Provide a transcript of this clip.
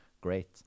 great